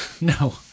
No